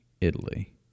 Italy